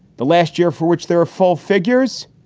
the last year for which there are full figures,